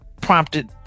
prompted